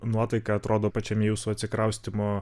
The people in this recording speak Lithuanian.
nuotaika atrodo pačiam jūsų atsikraustymo